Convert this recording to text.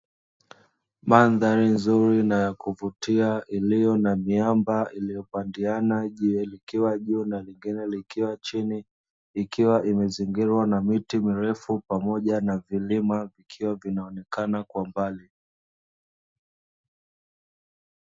Mandhari nzuri na ya kuvutia iliyo na miamba iliyopandiana jiwe likiwa juu na lingine likiwa chini, ikiwa imezingirwa na miti mirefu pamoja na vilima vikiwa vinaonekana kwa mbali.